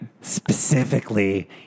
specifically